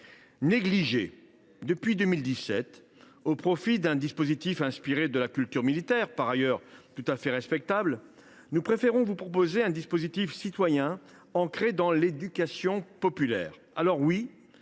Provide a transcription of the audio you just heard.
négligé depuis 2017 au profit d’un dispositif inspiré de la culture militaire, par ailleurs tout à fait respectable. Pour notre part, nous préférons vous proposer un dispositif citoyen, ancré dans l’éducation populaire.